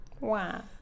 Wow